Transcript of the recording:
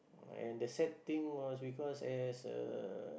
and the sad thing was because as a